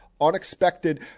unexpected